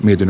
miten